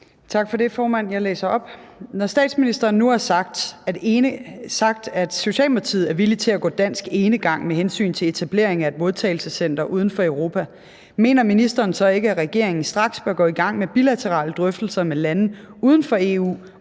Tak for det, formand. Jeg læser det op: Når statsministeren nu har sagt, at Socialdemokratiet er villig til at gå dansk enegang med hensyn til etablering af et modtagelsescenter uden for Europa, mener ministeren så ikke, at regeringen straks bør gå i gang med bilaterale drøftelser med lande uden for EU,